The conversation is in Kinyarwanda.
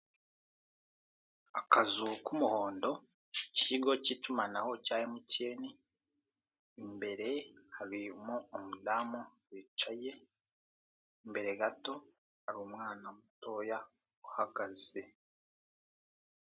Akazu k'umuhondo k'ikigo cy'itumanaho cya MTN, imbere harimo umudamu wicaye, imbere gato, hari umwana mutoya uhagaze.